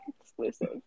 exclusive